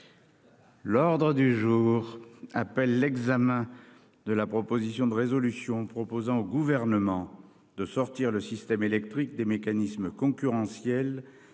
citoyen et écologiste, de la proposition de résolution proposant au Gouvernement de sortir le système électrique des mécanismes concurrentiels,